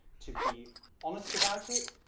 to be honest about it.